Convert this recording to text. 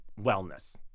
wellness